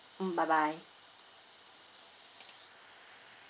mm bye bye